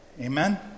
Amen